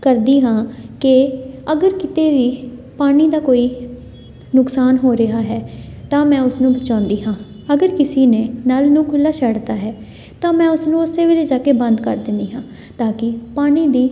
ਕਰਦੀ ਹਾਂ ਕਿ ਅਗਰ ਕਿਤੇ ਵੀ ਪਾਣੀ ਦਾ ਕੋਈ ਨੁਕਸਾਨ ਹੋ ਰਿਹਾ ਹੈ ਤਾਂ ਮੈਂ ਉਸਨੂੰ ਬਚਾਉਂਦੀ ਹਾਂ ਅਗਰ ਕਿਸੀ ਨੇ ਨਲ ਨੂੰ ਖੁੱਲ੍ਹਾ ਛੱਡ ਤਾ ਹੈ ਤਾਂ ਮੈਂ ਉਸਨੂੰ ਉਸੇ ਵੇਲੇ ਜਾ ਕੇ ਬੰਦ ਕਰ ਦਿੰਦੀ ਹਾਂ ਤਾਂ ਕਿ ਪਾਣੀ ਦੀ